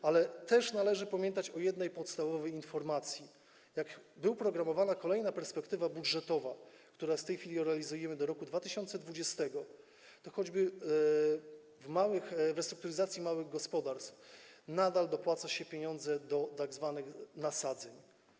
Należy też pamiętać o jednej podstawowej informacji: jak była programowana kolejna perspektywa budżetowa, którą w tej chwili realizujemy, do roku 2020, to okazało się, że choćby w przypadku restrukturyzacji małych gospodarstw nadal dopłaca się pieniądze do tzw. nasadzeń.